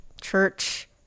church